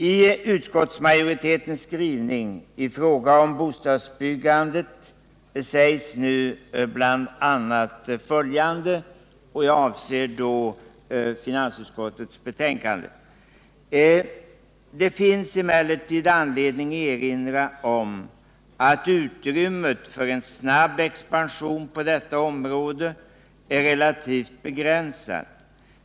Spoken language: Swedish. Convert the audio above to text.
I finansutskottets betänkande skriver nu utskottsmajoriteten bl.a. följande om bostadsbyggandet: ”Det finns emellertid anledning erinra om att utrymmet för en snabb expansion på detta område är relativt begränsat.